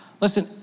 Listen